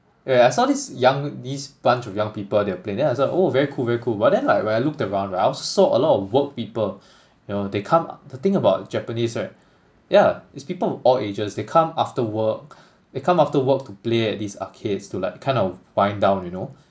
yeah I saw these young this bunch of young people they're playing then I was like oh very cool very cool but then like when I looked around I also saw a lot of work people you know they come the thing about japanese right yeah it's people of all ages they come after work they come after work to play at these arcades to like kind of wind down you know